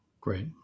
Great